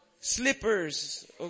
slippers